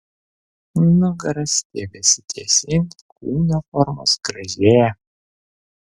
nugara stiebiasi tiesyn kūno formos gražėja